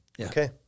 Okay